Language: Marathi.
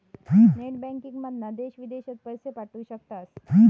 नेट बँकिंगमधना देश विदेशात पैशे पाठवू शकतास